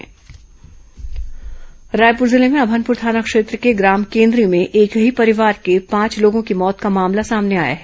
मौत जांच निर्देश रायपुर जिले में अभनपुर थाना क्षेत्र के ग्राम केन्द्री में एक ही परिवार के पांच लोगों की मौत का मामला सामने आया है